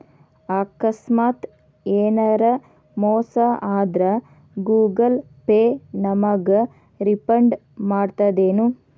ಆಕಸ್ಮಾತ ಯೆನರ ಮೋಸ ಆದ್ರ ಗೂಗಲ ಪೇ ನಮಗ ರಿಫಂಡ್ ಮಾಡ್ತದೇನು?